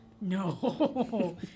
No